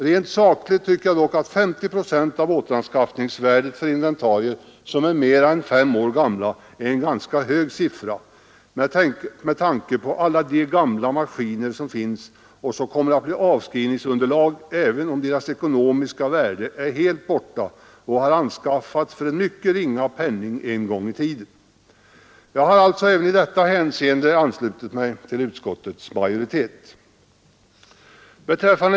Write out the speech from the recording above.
Rent sakligt tycker jag dock att 50 procent av återanskaffningsvärdet för inventarier som är mera än fem år gamla är en ganska hög siffra med tanke på alla de gamla maskiner som finns och som kommer att bli avskrivningsunderlag även om deras ekonomiska värde är helt borta och de har anskaffats för en mycket ringa penning en gång i tiden. Jag har alltså även i detta hänseende anslutit mig till utskottets majoritet.